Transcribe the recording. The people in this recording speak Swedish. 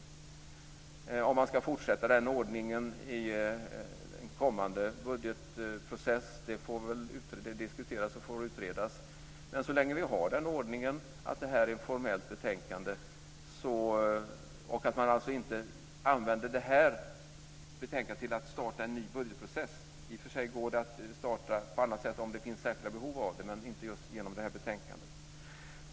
Det får väl diskuteras och utredas om man ska fortsätta den ordningen i en kommande budgetprocess, men så länge vi har ordningen att detta är ett formellt betänkande ska man alltså inte använda det till att starta en ny bugetprocess. I och för sig går det att starta en sådan på annat sätt om det finns särskilda behov av det, men alltså inte just genom detta betänkande.